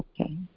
okay